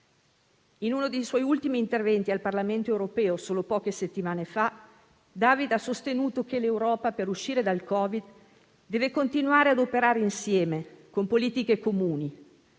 In uno dei suoi ultimi interventi al Parlamento europeo, solo poche settimane fa, David ha sostenuto che l'Europa, per uscire dal Covid-19, deve continuare ad operare insieme con politiche comuni.